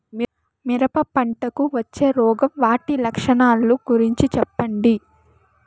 మిరప పంటకు వచ్చే రోగం వాటి లక్షణాలు గురించి చెప్పండి?